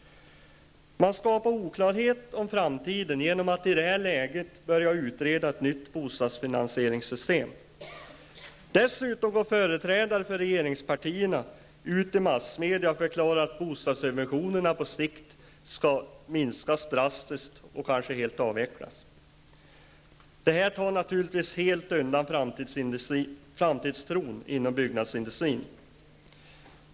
Man skapar oklarhet om framtiden genom att i det här läget börja utreda ett nytt bostadsfinansieringssystem. Dessutom går företrädare för regeringspartierna ut i massmedia och förklarar att bostadssubventionerna på sikt skall minskas drastiskt och kanske helt avvecklas. Det här tar naturligtvis helt bort framtidstron inom byggnadsindustrin.